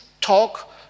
talk